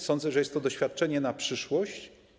Sądzę, że jest to doświadczenie na przyszłość.